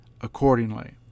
accordingly